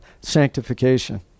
sanctification